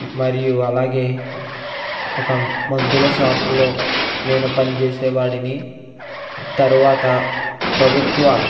మరియు అలాగే ఒక మందుల షాపుల్లో నేను పనిచేసే వాడిని తర్వాత ప్రభుత్వ